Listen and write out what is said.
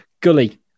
Gully